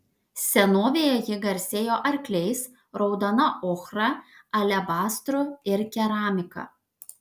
senovėje ji garsėjo arkliais raudona ochra alebastru ir keramika